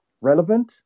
relevant